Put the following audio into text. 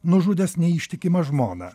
nužudęs neištikimą žmoną